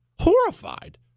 Horrified